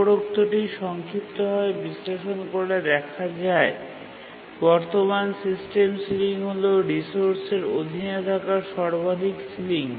উপরোক্তটি সংক্ষিপ্তভাবে বিশ্লেষণ করলে দেখা যায় বর্তমান সিস্টেম সিলিং হল রিসোর্সের অধীনে থাকা সর্বাধিক সিলিং